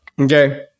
okay